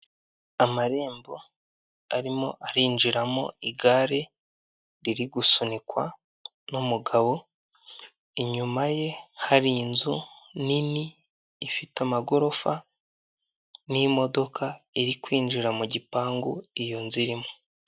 Amarembo arimo arinjiramo igare riri gusunikwa n'umugabo, inyuma ye hari inzu nini ifite amagorofa n'imodoka iri kwinjira mu gipangu iyo nzu irimo.